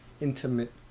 Intimate